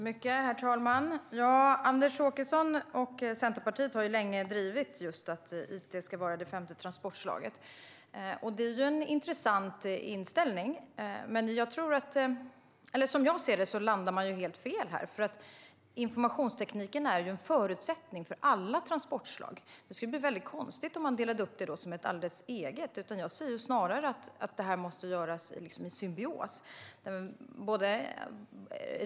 Herr talman! Anders Åkesson och Centerpartiet har länge drivit att it ska vara det femte transportslaget. Det är en intressant inställning. Men som jag ser det landar man helt fel här. Informationstekniken är ju en förutsättning för alla transportslag. Det skulle bli konstigt om man delade upp det som ett alldeles eget transportslag. Det måste snarare göras i symbios.